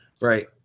Right